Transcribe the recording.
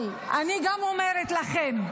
אבל אני גם אומרת לכם: